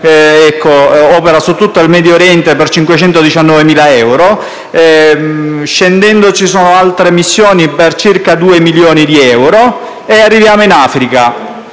opera su tutto il Medio Oriente per 519.000 euro. Scendendo, ci sono altre missioni per circa 2 milioni di euro e arriviamo in Africa.